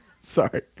Sorry